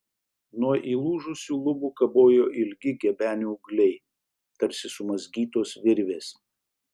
nuo įlūžusių lubų kabojo ilgi gebenių ūgliai tarsi sumazgytos virvės